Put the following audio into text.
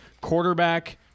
quarterback